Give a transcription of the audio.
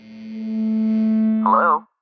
Hello